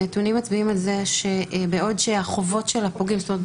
הנתונים מצביעים על זה שבעוד שהחובות של הפוגעים זאת אומרת,